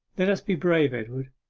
let us be brave, edward,